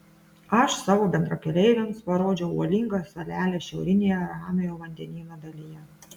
aš savo bendrakeleiviams parodžiau uolingą salelę šiaurinėje ramiojo vandenyno dalyje